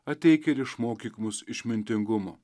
ateik ir išmokyk mus išmintingumo